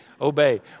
obey